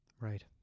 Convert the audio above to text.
right